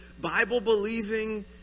Bible-believing